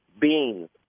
beans